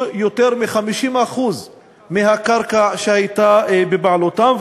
יותר מ-50% מהקרקע שהייתה בבעלותם,